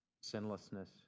sinlessness